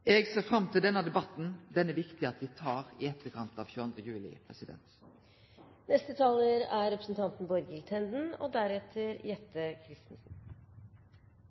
ser fram til denne debatten, den er det viktig at me tek i etterkant av 22. juli.